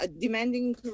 demanding